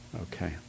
Okay